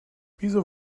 wieso